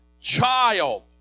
child